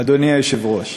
אדוני היושב-ראש,